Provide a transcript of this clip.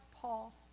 Paul